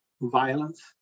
violence